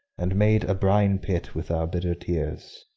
and made a brine-pit with our bitter tears?